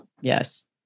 Yes